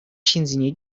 ҫынсене